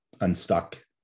unstuck